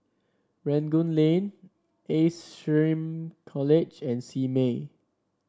Rangoon Lane Ace SHRM College and Simei